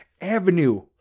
avenue